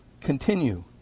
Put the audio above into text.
continue